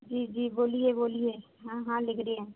जी जी बोलिए बोलिए हां हां लिख रहे हैं